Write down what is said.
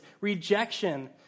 rejection